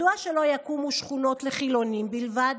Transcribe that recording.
מדוע שלא יקומו שכונות לחילונים בלבד?